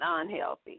unhealthy